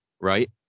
right